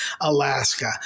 Alaska